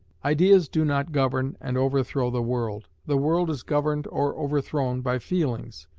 ideas do not govern and overthrow the world the world is governed or overthrown by feelings,